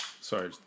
sorry